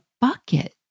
bucket